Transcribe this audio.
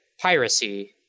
piracy